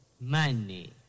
money